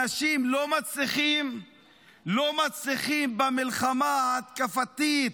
אנשים לא מצליחים במלחמה ההתקפתית,